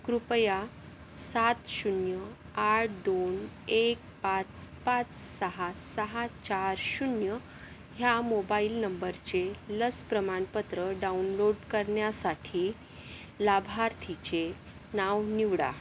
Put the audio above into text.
कृपया सात शून्य आठ दोन एक पाच पाच सहा सहा चार शून्य ह्या मोबाईल नंबरचे लस प्रमाणपत्र डाउनलोड करण्यासाठी लाभार्थीचे नाव निवडा